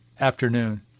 afternoon